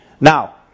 now